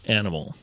animal